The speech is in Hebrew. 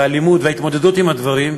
הלימוד וההתמודדות עם הדברים,